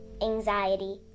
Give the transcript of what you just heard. anxiety